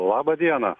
laba diena